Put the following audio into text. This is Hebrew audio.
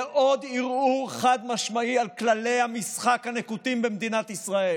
זה עוד ערעור חד-משמעי על כללי המשחק הנקוטים במדינת ישראל.